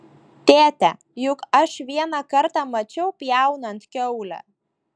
tėte juk aš vieną kartą mačiau pjaunant kiaulę